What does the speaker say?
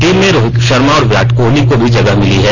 team में रोहित भार्मा और विराट कोहली को भी जगह मिली है